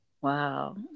Wow